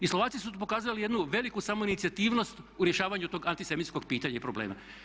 I Slovaci su pokazali jednu veliku samoinicijativnost u rješavanju tog antisemitskog pitanja i problema.